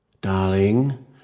Darling